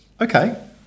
Okay